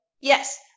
Yes